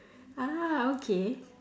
ah okay